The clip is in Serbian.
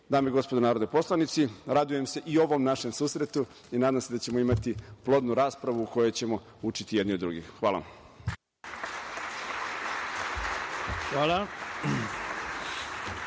i gospodo narodni poslanici, radujem se i ovom našem susretu i nadam se da ćemo imati plodnu raspravu u kojoj ćemo učiti jedni od drugih. Hvala. **Ivica